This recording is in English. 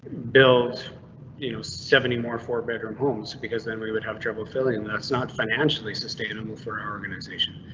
build you know seventy more four bedroom homes, because then we would have trouble filling and that's not financially sustainable for organization,